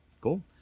Cool